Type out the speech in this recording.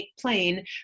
plane